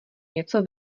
něco